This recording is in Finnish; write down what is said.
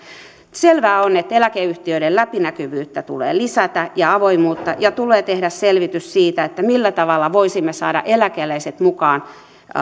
selvää on että eläkeyhtiöiden läpinäkyvyyttä ja avoimuutta tulee lisätä ja tulee tehdä selvitys siitä millä tavalla voisimme saada eläkeläiset mukaan